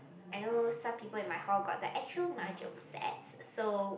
I know some people in my hall got the actual mahjong set so